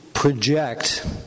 Project